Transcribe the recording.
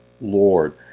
Lord